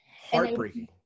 Heartbreaking